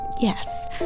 yes